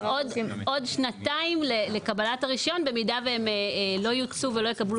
עוד שנתיים לקבלת הרישיון, במידה והם לא יקבלו